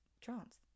trance